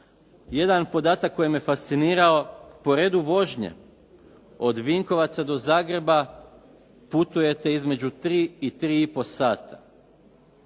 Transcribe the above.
Jedan podatak koji me fascinirao, po redu vožnje od Vinkovaca do Zagreba putujete između 3 i 3,5 sata.